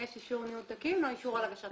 יש אישור ניהול תקין או אישור על הגשת מסמכים.